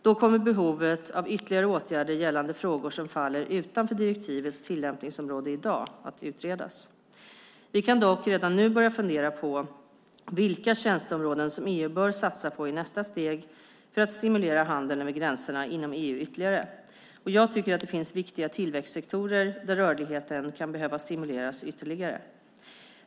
Då kommer behovet av ytterligare åtgärder gällande frågor som faller utanför direktivets tillämpningsområde i dag att utredas. Vi kan dock redan nu börja fundera på vilka tjänsteområden som EU bör satsa på i nästa steg för att stimulera handeln över gränserna inom EU ytterligare. Jag tycker att det finns viktiga tillväxtsektorer där rörligheten kan behöva stimuleras ytterligare.